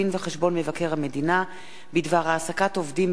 דין-וחשבון מבקר המדינה בדבר העסקת עובדים